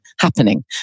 happening